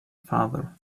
father